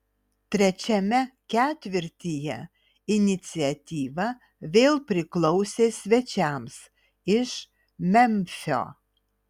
trečiajame ketvirtyje iniciatyva vėl priklausė svečiams iš memfio